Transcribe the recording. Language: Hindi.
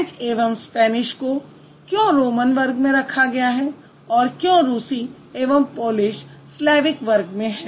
फ्रेंच एवं स्पैनिश क्यों रोमन वर्ग में हैं और क्यों रूसी एवं पोलिश स्लैविक वर्ग में हैं